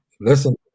listen